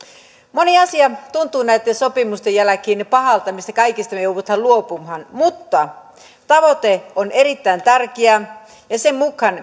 moni asia tuntuu näitten sopimusten jälkeen pahalta mistä kaikesta me joudumme luopumaan mutta tavoite on erittäin tärkeä ja sen mukaan